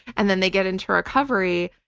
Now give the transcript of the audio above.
and then they get into recovery.